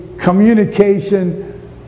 communication